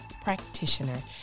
practitioner